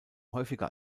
häufiger